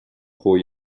pro